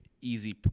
easy